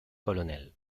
col